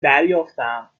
دریافتم